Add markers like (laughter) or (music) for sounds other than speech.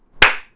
(noise)